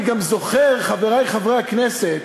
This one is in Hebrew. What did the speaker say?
אני גם זוכר, חברי חברי הכנסת,